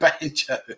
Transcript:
banjo